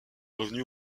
revenue